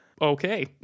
okay